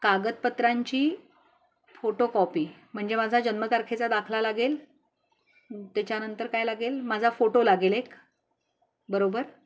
कागदपत्रांची फोटोकॉपी म्हणजे माझा जन्मतारखेचा दाखला लागेल त्याच्यानंतर काय लागेल माझा फोटो लागेल एक बरोबर